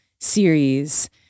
series